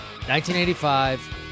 1985